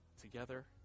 together